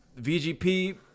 VGP